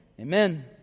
Amen